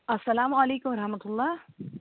اَسلامُ علیکُم وَرحمتہُ اللہ